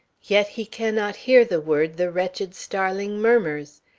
yet he cannot hear the word the wretched starling murmurs.